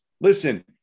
listen